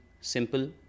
simple